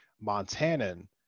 Montanan